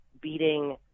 beating